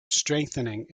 strengthening